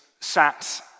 sat